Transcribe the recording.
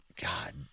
God